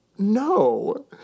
No